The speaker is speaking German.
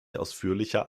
ausführlicher